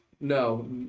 No